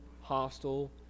hostile